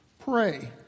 Pray